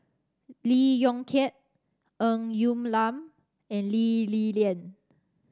Lee Yong Kiat Ng Lam and Lee Li Lian